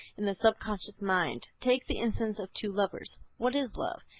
in the subconscious mind. take the instance of two lovers. what is love?